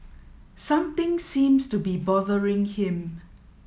something seems to be bothering him